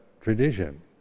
tradition